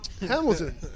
Hamilton